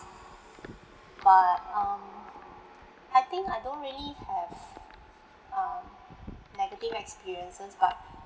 but um I think I don't really have uh negative experiences but